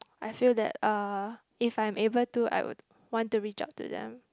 I feel that uh if I'm able to I would want to reach out to them